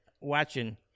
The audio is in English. watching